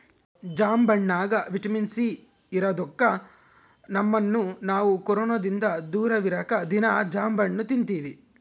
ಜಾಂಬಣ್ಣಗ vitamin C ಇರದೊಕ್ಕ ನಮ್ಮನ್ನು ನಾವು ಕೊರೊನದಿಂದ ದೂರವಿರಕ ದೀನಾ ಜಾಂಬಣ್ಣು ತಿನ್ತಿವಿ